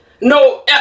No